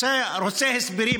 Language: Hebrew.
רוצה הסברים.